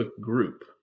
group